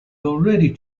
already